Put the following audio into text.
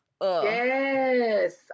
Yes